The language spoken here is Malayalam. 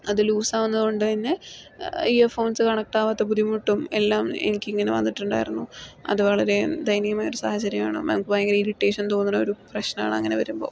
അത് ലൂസ് ആകുന്നതുകൊണ്ടു തന്നെ ഇയർ ഫോൺസ് കണക്ട് ആകാത്ത ബുദ്ധിമുട്ടും എല്ലാം എനിക്കിങ്ങനെ വന്നിട്ടുണ്ടായിരുന്നു അത് വളരെ ദയനീയമായ ഒരു സാഹചര്യമാണ് നമുക്ക് വളരെ ഇറിറ്റേഷൻ തോന്നുന്ന ഒരു പ്രശ്നം ആണ് അങ്ങനെ വരുമ്പോൾ